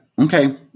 Okay